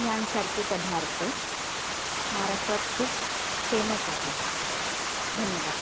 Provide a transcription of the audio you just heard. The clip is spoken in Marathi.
यांसारखे पदार्थ महाराष्ट्रात खूप फेमस आहेत धन्यवाद